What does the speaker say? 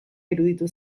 iruditu